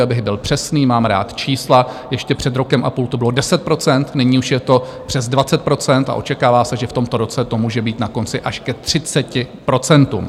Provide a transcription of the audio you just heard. Abych byl přesný, mám rád čísla, ještě před rokem a půl to bylo 10 %, nyní už je to přes 20 % a očekává se, že v tomto roce to může být na konci až ke 30 %.